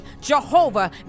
Jehovah